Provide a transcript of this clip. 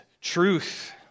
truth